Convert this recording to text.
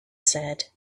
said